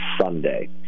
Sunday